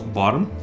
bottom